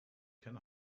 can